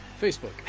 Facebook